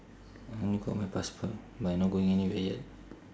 I only got my passport but I not going anywhere yet